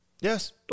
Yes